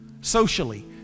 socially